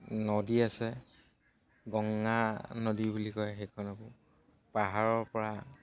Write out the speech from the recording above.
নদী আছে গংগা নদী বুলি কয় সেইখনকো পাহাৰৰ পৰা